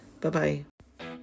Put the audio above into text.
Bye-bye